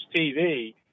TV